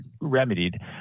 remedied